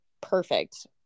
perfect